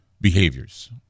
behaviors